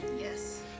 Yes